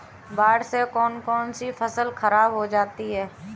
बाढ़ से कौन कौन सी फसल खराब हो जाती है?